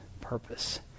purpose